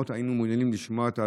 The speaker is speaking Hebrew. היינו מעוניינים מאוד לשמוע את התוצאות,